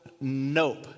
Nope